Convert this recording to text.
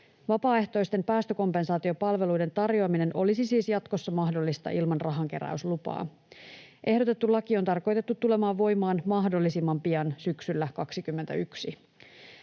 Vapaaehtoisten päästökompensaatiopalveluiden tarjoaminen olisi siis jatkossa mahdollista ilman rahankeräyslupaa. Ehdotettu laki on tarkoitettu tulemaan voimaan mahdollisimman pian syksyllä 21.